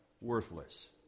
worthless